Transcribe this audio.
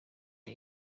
the